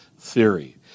theory